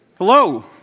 hello.